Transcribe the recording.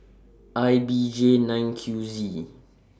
I B J nine Q Z